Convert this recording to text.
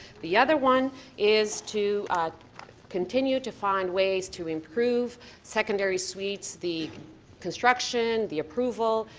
the other one is to continue to find ways to improve secondary suites, the construction, the approval,